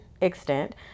extent